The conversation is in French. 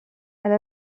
elle